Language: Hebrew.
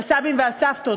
הסבים והסבתות,